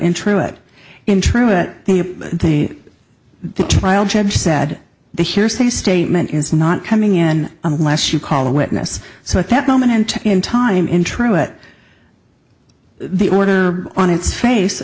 in true it in truth the the trial judge said the hearsay statement is not coming in unless you call a witness so at that moment in time in true it the order on its face